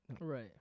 Right